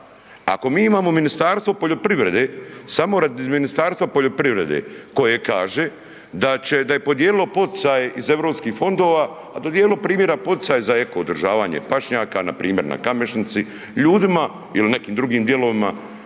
Ako mi imamo Ministarstvo poljoprivrede samo radi Ministarstva poljoprivrede koje kaže da će, da je podijelilo poticaje iz EU fondova, a dodijelilo primjera poticaje za eko održavanje pašnjaka, npr. na Kamešnici, ljudima ili nekim drugim dijelovima,